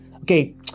Okay